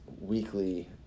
weekly